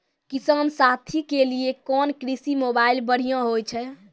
किसान साथी के लिए कोन कृषि मोबाइल बढ़िया होय छै?